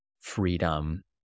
freedom